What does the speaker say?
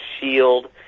shield